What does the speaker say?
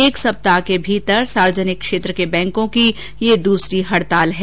एक सप्ताह के भीतर सार्वजनिक क्षेत्र के बैंकों की यह दूसरी हड़ताल है